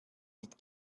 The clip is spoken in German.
mit